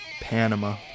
Panama